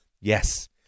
Yes